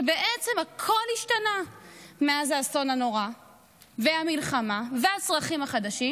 שבעצם הכול השתנה מאז האסון הנורא והמלחמה והצרכים החדשים,